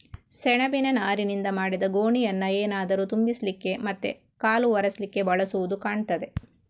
ಸೆಣಬಿನ ನಾರಿನಿಂದ ಮಾಡಿದ ಗೋಣಿಯನ್ನ ಏನಾದ್ರೂ ತುಂಬಿಸ್ಲಿಕ್ಕೆ ಮತ್ತೆ ಕಾಲು ಒರೆಸ್ಲಿಕ್ಕೆ ಬಳಸುದು ಕಾಣ್ತದೆ